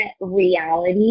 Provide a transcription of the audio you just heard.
reality